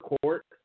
court